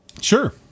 sure